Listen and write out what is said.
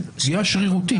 פגיעה שרירותית.